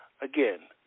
again